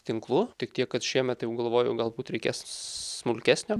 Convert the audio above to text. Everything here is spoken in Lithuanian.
tinklu tik tiek kad šiemet jau galvojau galbūt reikės smulkesnio